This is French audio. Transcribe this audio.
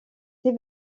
ses